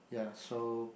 ya so